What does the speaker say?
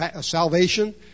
salvation